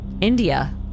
India